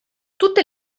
tutte